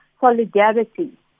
solidarity